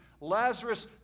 Lazarus